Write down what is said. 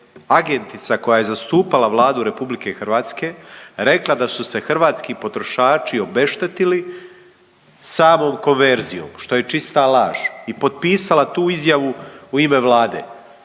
agentica koja je zastupala Vladu RH rekla da su se hrvatsko potrošači obeštetili samom konverzijom što je čista laž i potpisala tu izjavu u ime Vlade.